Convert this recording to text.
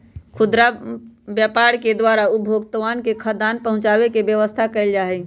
खुदरा व्यापार के द्वारा उपभोक्तावन तक खाद्यान्न पहुंचावे के व्यवस्था कइल जाहई